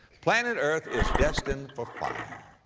planet earth is destined for fire.